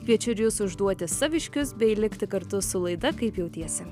kviečiu ir jus užduoti saviškius bei likti kartu su laida kaip jautiesi